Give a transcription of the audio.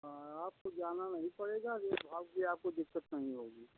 हाँ आपको जाना नहीं पड़ेगा रेट भाव की आपको दिक़्क़त नहीं होगी